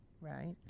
Right